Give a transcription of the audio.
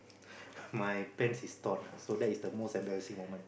my pants is torn so that is the most embarrassing moment